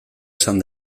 esan